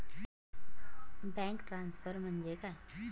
Bank transfer म्हणजे काय?